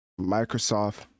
microsoft